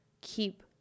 keep